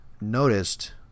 noticed